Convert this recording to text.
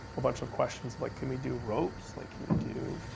a bunch of questions, like can we do ropes? like can we do,